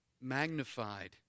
magnified